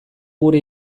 gure